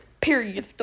period